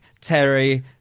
Terry